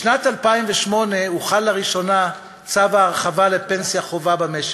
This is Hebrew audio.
בשנת 2008 הוחל לראשונה צו ההרחבה לפנסיה חובה במשק,